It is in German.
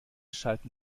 schalten